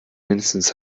mindestens